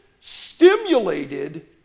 stimulated